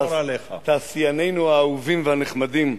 תעשיינינו האהובים והנחמדים,